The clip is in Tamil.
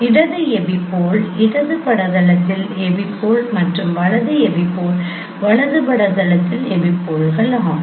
இடது எபிபோல் இடது பட தளத்தில் எபிபோல் மற்றும் வலது எபிபோல் வலது பட தளத்தில் எபிபோல் ஆகும்